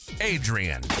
Adrian